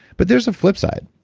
but there's a flip side.